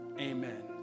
Amen